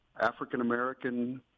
African-American